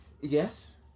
Yes